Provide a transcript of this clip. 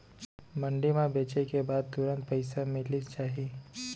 मंडी म बेचे के बाद तुरंत पइसा मिलिस जाही?